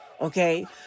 okay